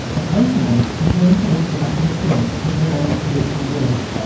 occasionally he turned towards the back of the church to pronounce the ritual words.